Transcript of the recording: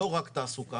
זאת לא רק תעסוקה,